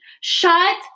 Shut